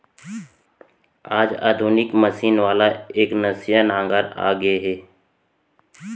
आज आधुनिक मसीन वाला एकनसिया नांगर आ गए हे